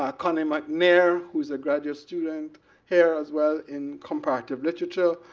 ah conner mcnair who's a graduate student here as well in comparative literature.